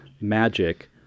magic